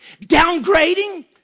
downgrading